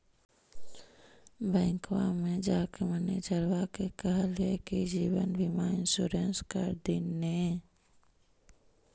बैंकवा मे जाके मैनेजरवा के कहलिऐ कि जिवनबिमा इंश्योरेंस कर दिन ने?